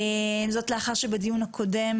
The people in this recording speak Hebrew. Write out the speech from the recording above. זאת, לאחר שבדיון הקודם